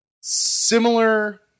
similar